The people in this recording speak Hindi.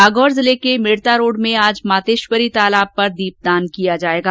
नागौर जिले के मेड़ता रोड में आज मातेश्वरी तालाब पर दीपदान किया जाएगा